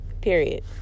Period